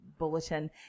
bulletin